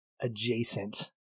adjacent